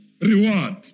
reward